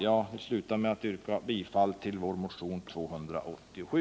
Jag vill sluta med att yrka bifall till vår motion 287.